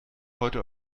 heute